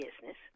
business